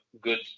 good